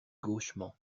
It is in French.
gauchement